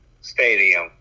stadium